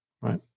Right